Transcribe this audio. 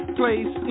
place